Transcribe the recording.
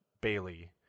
Bailey